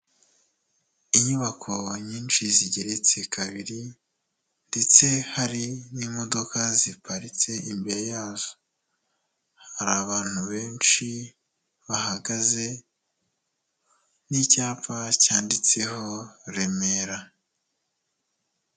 Umugore udafite umusatsi wambaye linete, ikanzu y’iroza ryerurutse, abantu benshi inyuma ye.